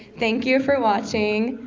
thank you for watching.